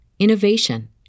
innovation